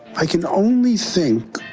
i can only think,